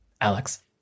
Alex